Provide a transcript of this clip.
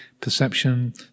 perception